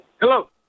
Hello